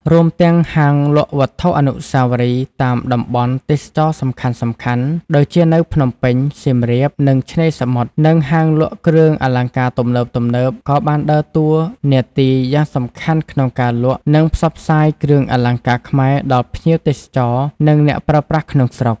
រួមទាំង ហាងលក់វត្ថុអនុស្សាវរីយ៍ តាមតំបន់ទេសចរណ៍សំខាន់ៗ (ដូចជានៅភ្នំពេញ សៀមរាប និងឆ្នេរសមុទ្រ) និងហាងលក់គ្រឿងអលង្ការទំនើបៗ ក៏បានដើរតួនាទីយ៉ាងសំខាន់ក្នុងការលក់ និងផ្សព្វផ្សាយគ្រឿងអលង្ការខ្មែរដល់ភ្ញៀវទេសចរ និងអ្នកប្រើប្រាស់ក្នុងស្រុក។